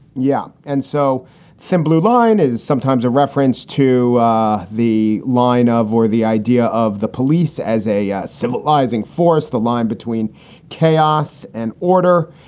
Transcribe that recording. yeah. and so thin blue line is sometimes a reference to the line of war, the idea of the police as a a civilizing force, the line between chaos and order.